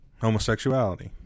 Homosexuality